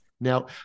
Now